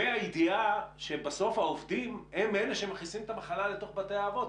והידיעה שבסוף העובדים הם אלה שמכניסים את המחלה לתוך בתי האבות.